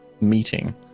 meeting